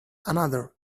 another